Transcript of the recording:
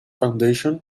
foundation